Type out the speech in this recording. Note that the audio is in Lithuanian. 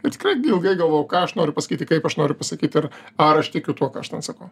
ir tikrai ilgai galvojau ką aš noriu pasakyti kaip aš noriu pasakyti ir ar aš tikiu tuo ką aš sakau